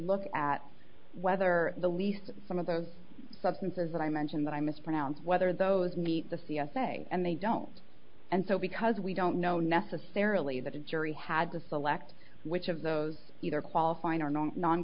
look at whether the least some of those substances that i mentioned that i mispronounce whether those meet the c s a and they don't and so because we don't know necessarily that the jury had to select which of those either qualifying or non non